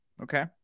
Okay